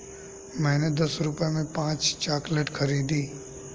मैंने दस रुपए में पांच चॉकलेट खरीदी